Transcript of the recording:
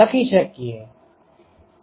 લખી શકીએ